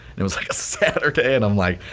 it was like saturday and i'm like,